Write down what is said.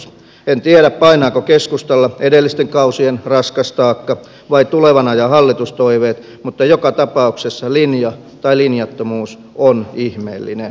en tiedä painaako keskustalla edellisten kausien raskas taakka vai tulevan ajan hallitustoiveet mutta joka tapauksessa linja tai linjattomuus on ihmeellinen